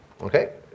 Okay